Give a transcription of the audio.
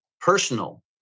personal